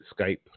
Skype